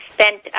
spent